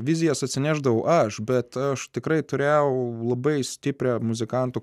vizijas atsinešdavau aš bet aš tikrai turėjau labai stiprią muzikantų